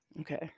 Okay